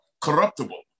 corruptible